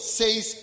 says